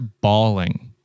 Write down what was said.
bawling